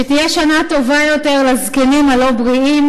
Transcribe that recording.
שתהיה שנה טובה יותר לזקנים הלא-בריאים